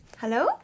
Hello